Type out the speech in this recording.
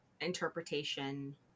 interpretation